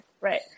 Right